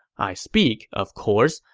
i speak, of course,